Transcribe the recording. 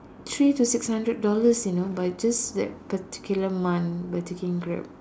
three to six hundred dollars you know by just that particular month by taking Grab